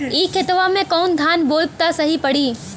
ए खेतवा मे कवन धान बोइब त सही पड़ी?